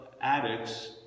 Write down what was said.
addicts